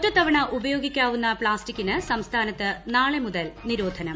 ഒറ്റത്തവണ ഉപയോഗിക്കാവുന്ന പ്ലാസ്റ്റിക്കിന് സംസ്ഥാനത്ത് നാളെ മുതൽ നിരോധനം